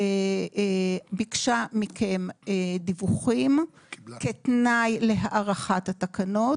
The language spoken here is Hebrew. ביקשה מכם דיווחים כתנאי להארכת התקנות.